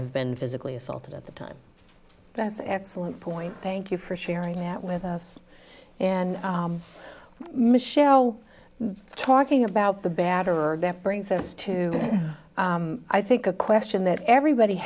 have been physically assaulted at the time that's excellent point thank you for sharing that with us and michelle talking about the batterer that brings us to i think a question that everybody